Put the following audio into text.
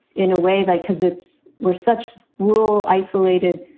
in a way that because it's we're such rural, isolated